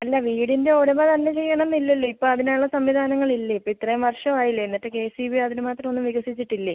അല്ല വീടിൻ്റെ ഉടമ തന്നെ ചെയ്യണം എന്നില്ലല്ലോ ഇപ്പോൾ അതിനുള്ള സംവിധാനങ്ങളില്ലേ ഇപ്പോൾ ഇത്രയും വർഷം ആയില്ലേ എന്നിട്ട് കെ എസ് ഇ ബി അതിന് മാത്രം ഒന്നും വികസിച്ചിട്ടില്ലേ